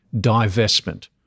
divestment